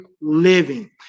living